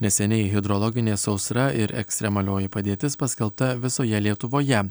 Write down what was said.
neseniai hidrologinė sausra ir ekstremalioji padėtis paskelbta visoje lietuvoje